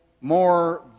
more